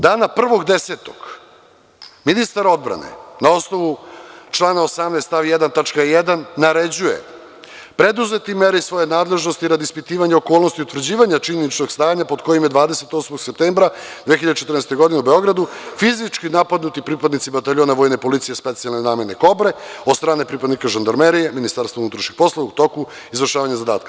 Dana 1.10. ministar odbrane na osnovu člana 18. stav 1. tačka 1. naređuje – preduzeti mere iz svoje nadležnosti radi ispitivanja okolnosti utvrđivanja činjeničnog stanja pod kojim je 28. septembra 2014. godine u Beogradu fizički napadnuti pripadnici bataljona vojne policije specijalne namene „Kobre“ od strane pripadnika žandarmerije, MUP-a u toku izvršavanja zadatka.